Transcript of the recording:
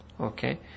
Okay